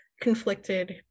conflicted